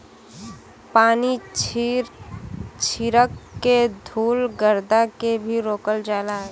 पानी छीरक के धुल गरदा के भी रोकल जाला